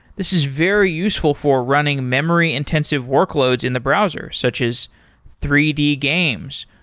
this is very useful for running memory intensive workloads in the browsers, such as three d games,